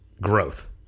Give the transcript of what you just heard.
growth